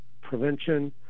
prevention